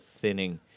thinning